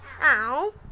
Ow